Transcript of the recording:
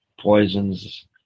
poisons